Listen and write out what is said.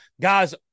Guys